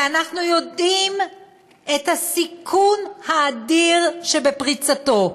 ואנחנו יודעים את הסיכון האדיר שבפריצתו,